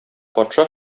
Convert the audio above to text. патша